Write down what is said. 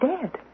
dead